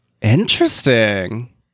Interesting